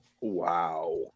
Wow